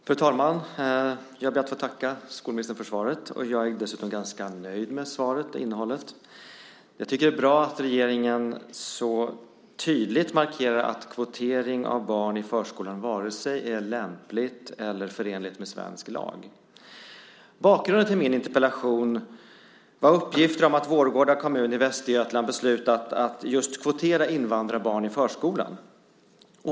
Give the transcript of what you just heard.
Fru talman! Jag ber att få tacka skolministern för svaret. Jag är dessutom ganska nöjd med innehållet i svaret. Jag tycker att det är bra att regeringen så tydligt markerar att kvotering av barn i förskolan varken är lämpligt eller förenligt med svensk lag. Bakgrunden till min interpellation var uppgifter om att Vårgårda kommun i Västergötland beslutat att just kvotera invandrarbarn i förskolan.